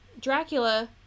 Dracula